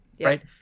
right